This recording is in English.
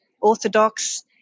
Orthodox